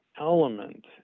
element